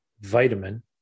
vitamin